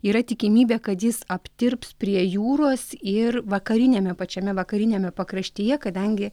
yra tikimybė kad jis aptirps prie jūros ir vakariniame pačiame vakariniame pakraštyje kadangi